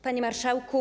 Panie Marszałku!